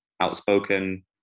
outspoken